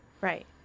Right